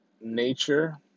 Nature